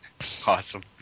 Awesome